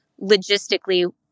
logistically